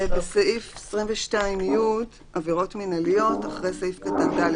בסעיף 22(י), עבירות מנהליות, אחרי סעיף קטן (ד).